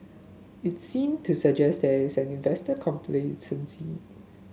it seem to suggest there is an investor complacency